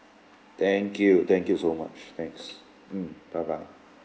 thank you thank you so much thanks mm bye bye